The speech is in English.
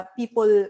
people